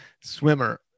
swimmer